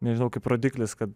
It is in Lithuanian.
nežinau kaip rodiklis kad